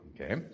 Okay